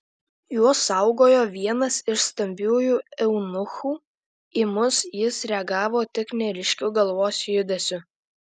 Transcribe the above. juos saugojo vienas iš stambiųjų eunuchų į mus jis reagavo tik neryškiu galvos judesiu